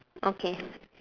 okay